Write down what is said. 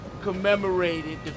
commemorated